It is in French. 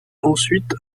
ensuite